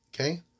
Okay